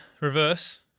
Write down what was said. Reverse